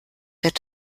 wird